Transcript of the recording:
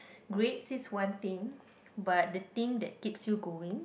grades is one thing but the thing that keeps you going